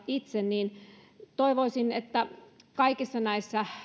itse eli toivoisin että kaikissa näissä